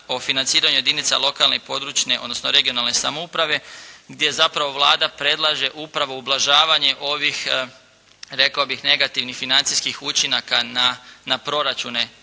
o financiranju jedinica lokalne i područne, odnosno regionalne samouprave gdje zapravo Vlada predlaže upravo ublažavanje ovih rekao bih negativnih financijskih učinaka na proračune